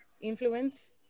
influence